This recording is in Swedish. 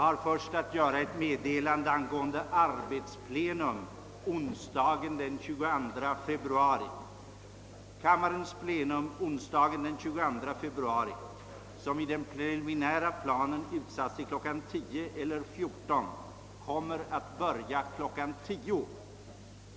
Kammarens plenum onsdagen den 22 februari, som i den preliminära planen utsatts till kl. 10.00 eller 14.00, kommer att börja kl. 10.00.